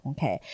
Okay